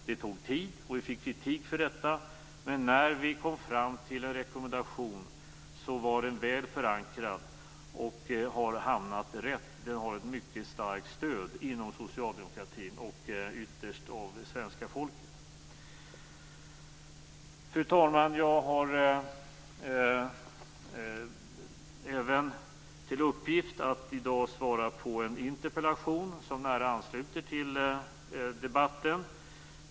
Det tog tid, och vi fick kritik för detta. Men när vi kom fram till en rekommendation var den väl förankrad. Den har hamnat rätt. Den har ett mycket starkt stöd inom socialdemokratin och ytterst även av svenska folket. Fru talman! Jag har även till uppgift att i dag svara på en interpellation som nära ansluter till debatten.